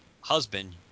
husband